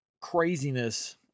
craziness